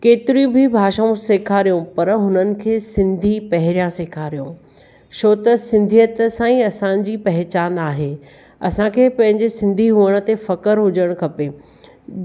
केतिरीयूं बि भाषाऊं सेखारियूं पर हुननि खे सिंधी पहिरियां सेखारियो छो त सिंधियत सां ई असांजी पहचान आहे असांखे पंहिंजे सिंधी हुअण ते फ़ख़्रु हुजनि खपे